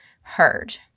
heard